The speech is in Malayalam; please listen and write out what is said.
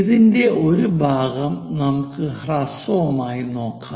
ഇതിന്റെ ഒരു ഭാഗം നമുക്ക് ഹ്രസ്വമായി നോക്കാം